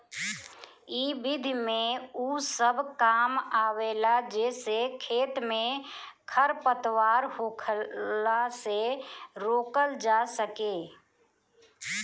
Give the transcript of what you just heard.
इ विधि में उ सब काम आवेला जेसे खेत में खरपतवार होखला से रोकल जा सके